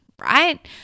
right